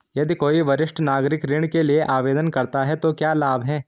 यदि कोई वरिष्ठ नागरिक ऋण के लिए आवेदन करता है तो क्या लाभ हैं?